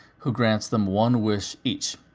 who grants them one wish each.